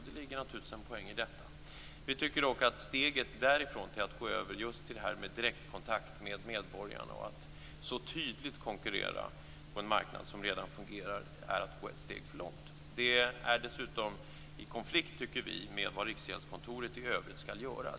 Det ligger naturligtvis en poäng i detta. Vi tycker dock att steget därifrån till att gå över just till det här med direktkontakt med medborgarna, och till att så tydligt konkurrera på en marknad som redan fungerar, är för långt. Det är dessutom i konflikt, tycker vi, med vad Riksgäldskontoret i övrigt skall göra.